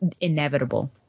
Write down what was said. inevitable